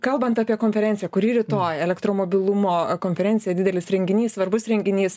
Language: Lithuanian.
kalbant apie konferenciją kuri rytoj elektromobilumo konferencija didelis renginys svarbus renginys